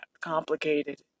complicated